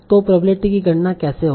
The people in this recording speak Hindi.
तो प्रोबेब्लिटी की गणना कैसे होगी